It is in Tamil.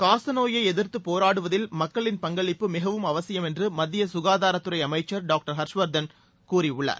காசநோயை எதிர்த்து போரிடுவதில் மக்களின் பங்களிப்பு மிகவும் அவசியம் என்று மத்திய சுகாதாரத்துறை அமைச்சர் திரு ஹர்ஷ்வர்தன் கூறியுள்ளார்